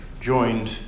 joined